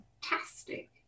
fantastic